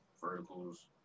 verticals